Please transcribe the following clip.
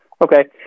okay